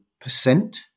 percent